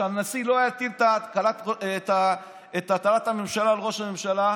שהנשיא לא יטיל את הקמת הממשלה על ראש הממשלה,